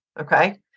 okay